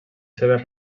seves